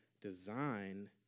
design